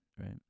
right